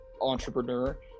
entrepreneur